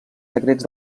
secrets